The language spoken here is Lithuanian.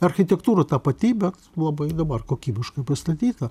architektūra tapatybė labai dabar kokybiškai pastatyta